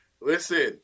Listen